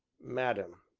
madam,